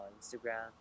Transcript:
Instagram